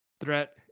threat